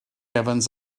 evans